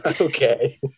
Okay